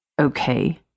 Okay